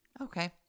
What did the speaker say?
Okay